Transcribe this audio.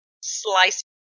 slice